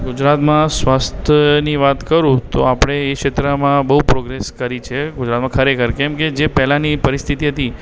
ગુજરાતમાં સ્વાસ્થ્યની વાત કરું તો આપણે એ ક્ષેત્રમાં બહુ પ્રોગ્રેસ કરી છે ગુજરાતમાં ખરેખર કેમ કે જે પહેલાંની પરિસ્થિતિ હતી